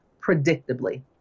predictably